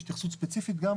יש התייחסות ספציפית גם,